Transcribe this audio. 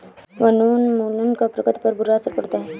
वनोन्मूलन का प्रकृति पर बुरा असर पड़ता है